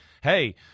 hey